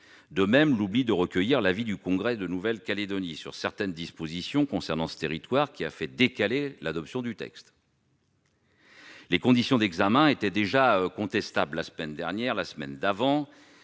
de même de l'oubli de recueillir l'avis du Congrès de Nouvelle-Calédonie sur certaines dispositions concernant ce territoire, qui a fait décaler l'adoption du texte. Les conditions d'examen étaient déjà contestables la semaine dernière, mais ce report